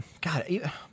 God